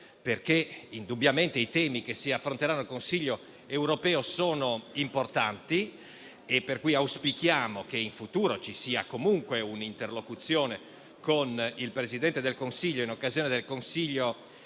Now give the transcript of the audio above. perché indubbiamente i temi che si affronteranno nel Consiglio europeo sono importanti, per cui auspichiamo che in futuro ci sia comunque un'interlocuzione con il Presidente del Consiglio in occasione del Consiglio europeo.